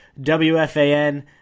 WFAN